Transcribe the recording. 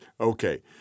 Okay